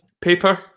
paper